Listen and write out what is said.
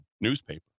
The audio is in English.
newspaper